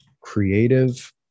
creative